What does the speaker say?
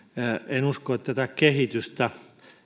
en usko että tätä kehitystä